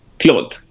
cloth